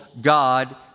God